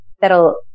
that'll